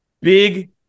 big